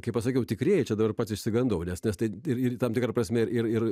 kai pasakiau tikrieji čia dabar pats išsigandau nes nes tai irgi tam tikra prasme ir ir